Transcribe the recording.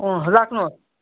अँ राख्नुहोस्